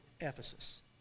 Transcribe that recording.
Ephesus